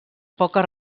poques